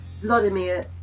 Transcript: Vladimir